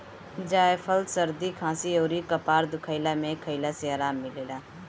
जायफल सरदी खासी अउरी कपार दुखइला में खइला से आराम मिलेला